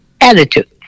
attitude